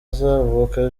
uzavuka